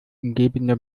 umgebende